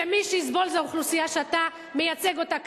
ומי שיסבול זה האוכלוסייה שאתה מייצג אותה כאן,